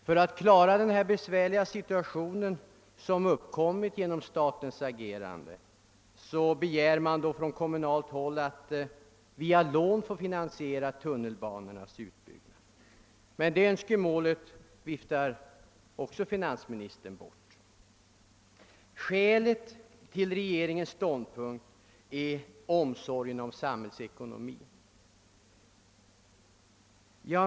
För att klara den besvärliga situation som uppkommit genom detta statens agerande har man från kommunalt håll begärt att med lån få finansiera tunnelbanornas utbyggnad, men också det önskemålet viftar finansministern bort. Skälet till regeringens ståndpunkt är omsorgen om samhällsekonomin.